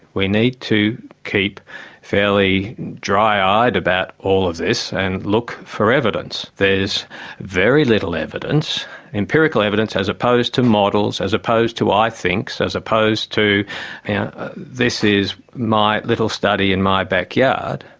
we need to keep fairly dry-eyed about all of this and look for evidence. there's very little evidence empirical evidence as oppose to models, as opposed to i thinks, as opposed to this is my little study in my backyard.